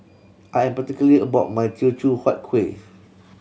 I am particular about my Teochew Huat Kueh